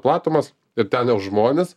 platumas ir ten jau žmonės